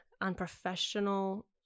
unprofessional